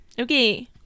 Okay